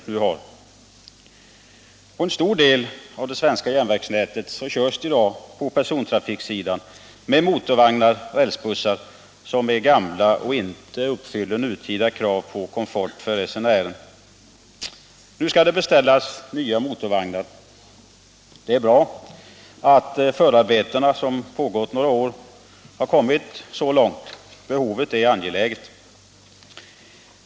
På en stor del av det svenska järnvägsnätet körs det i dag på persontrafiksidan med motorvagnar och rälsbussar som är gamla och inte uppfyller nutida krav på komfort för resenären. Nu skall det beställas nya motorvagnar. Det är bra att förarbetena, som pågått några år, har kommit så långt. Behovet är angeläget.